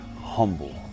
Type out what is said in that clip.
humble